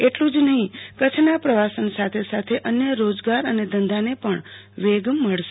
એટલું જ નહીં કચ્છના પ્રવાસન સાથે સાથે અન્ય રોજગાર ધંધાને વેગ મળશે